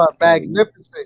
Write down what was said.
magnificent